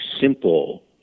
simple